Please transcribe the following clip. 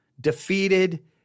defeated